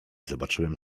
zobaczyłem